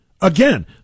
Again